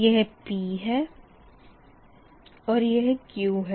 यह p है और यह q है